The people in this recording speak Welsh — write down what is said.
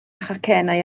chacennau